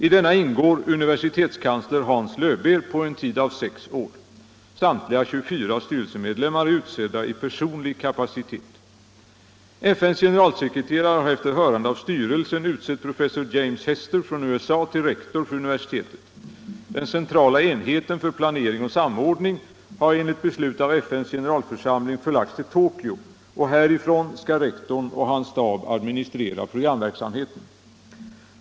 I denna ingår universitetskansler Hans Löwbeer för en tid av sex år. Samtliga 24 styrelsemedlemmar är utsedda i personlig kapacitet. FN:s generalsekreterare har efter hörande av styrelsen utsett professor James M. Hester från USA till rektor för universitetet. Den centrala enheten för planering och samordning har enligt beslut av FN:s generalförsamling förlagts till Tokyo och härifrån skall rektorn och hans stab administrera programverksamheten.